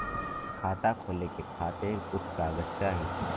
खाता खोले के खातिर कुछ कागज चाही?